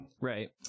right